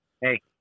Hey